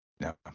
No